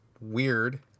weird